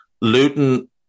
Luton